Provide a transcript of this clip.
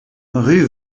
rue